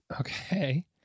Okay